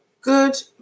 good